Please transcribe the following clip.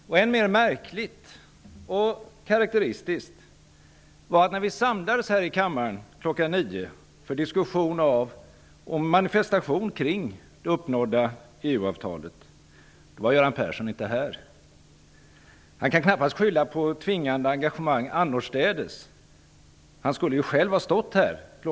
Än mera märkligt och karakteristiskt är att Göran Persson inte var med när vi samlades här i kammaren i morse kl. 09.00 för en diskussion om och en manifestation kring det uppnådda EU avtalet. Han kan knappast skylla på tvingande engagemang annorstädes. Han skulle ju själv ha stått här kl.